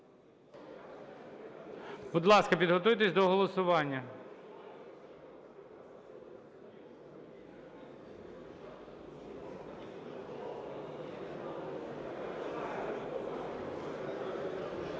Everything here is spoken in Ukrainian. Будь ласка, підготуйтесь до голосування.